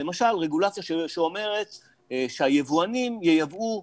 למשל רגולציה שאומרת שהיבואנים ייבאו